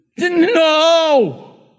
No